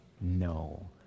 no